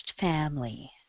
family